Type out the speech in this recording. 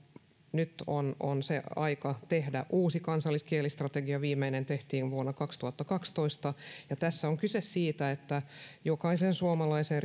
nyt on on aika tehdä uusi kansalliskielistrategia edellinen tehtiin vuonna kaksituhattakaksitoista ja tässä on kyse siitä että jokaisen suomalaisen